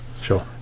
Sure